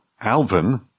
Alvin